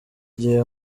gihe